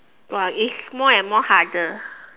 !wah! it's more and more harder